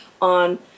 on